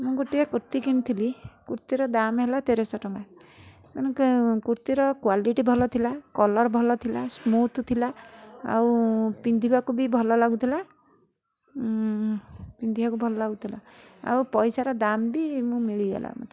ମୁଁ ଗୋଟିଏ କୁର୍ତ୍ତୀ କିଣିଥିଲି କୁର୍ତ୍ତୀର ଦାମ ହେଲା ତେରଶହ ଟଙ୍କା ମାନେ କୁର୍ତ୍ତୀର କ୍ୱାଲିଟି ଭଲ ଥିଲା କଲର ଭଲ ଥିଲା ସ୍ମୁଥ ଥିଲା ଆଉ ପିନ୍ଧିବାକୁ ବି ଭଲ ଲାଗୁଥିଲା ପିନ୍ଧିବାକୁ ଭଲ ଲାଗୁଥିଲା ଆଉ ପଇସାର ଦାମ ବି ମୁଁ ମିଳିଗଲା ମୋତେ